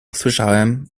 słyszałem